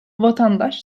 vatandaş